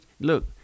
look